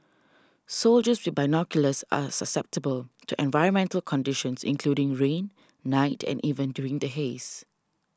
soldiers with binoculars are susceptible to environmental conditions including rain night and even during the haze